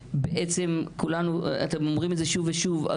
ובעצם אתם אומרים את זה שוב ושוב,